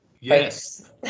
yes